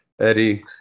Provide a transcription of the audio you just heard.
Eddie